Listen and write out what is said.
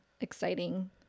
exciting